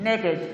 נגד